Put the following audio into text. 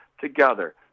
together